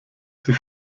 sich